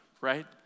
right